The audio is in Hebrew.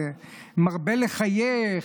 שמרבה לחייך,